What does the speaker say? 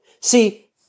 See